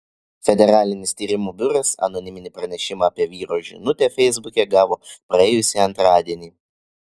federalinis tyrimų biuras anoniminį pranešimą apie vyro žinutę feisbuke gavo praėjusį antradienį